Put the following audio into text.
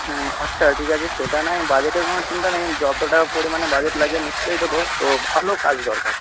হুম আচ্ছা ঠিক আছে সেটা না হয় বাজেটের কোনও চিন্তা নেই যতটা পরিমাণে বাজেট লাগে নিশ্চয়ই দেব তো ভালো কাজ দরকার